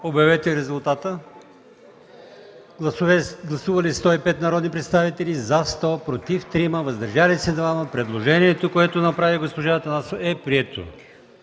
предложение. Гласували 105 народни представители: за 100, против 3, въздържали се 2. Предложението, което направи госпожа Атанасова, е прието.